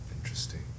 Interesting